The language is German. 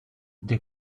der